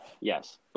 Yes